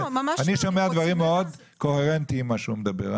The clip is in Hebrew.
אני שומע דברים מאוד קוהרנטיים ממה שהוא מדבר.